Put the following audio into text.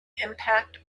impact